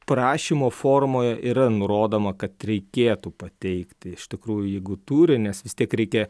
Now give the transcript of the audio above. prašymo formoj yra nurodoma kad reikėtų pateikti iš tikrųjų jeigu turi nes vis tiek reikia